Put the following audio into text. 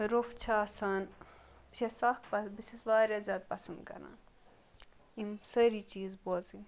روٚف چھِ آسان بہٕ چھَس سکھ پَتھ بہٕ چھَس واریاہ زیادٕ پَسنٛد کَران یِم سٲری چیٖز بوزٕنۍ